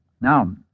Now